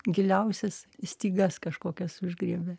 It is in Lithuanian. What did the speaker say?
giliausias stygas kažkokias užgriebia